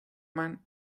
man